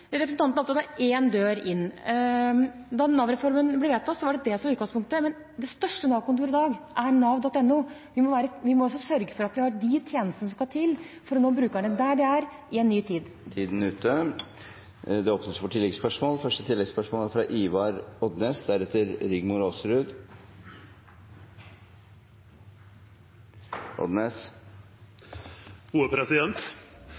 Representanten er opptatt av å ha én dør inn. Da Nav-reformen ble vedtatt, var det det som var utgangspunktet, men det største Nav-kontoret i dag er nav.no. Vi må altså sørge for at vi har de tjenestene som skal til for å nå brukerne der de er, i en ny tid. Det blir gitt anledning til oppfølgingsspørsmål – først Ivar Odnes.